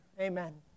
Amen